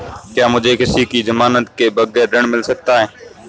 क्या मुझे किसी की ज़मानत के बगैर ऋण मिल सकता है?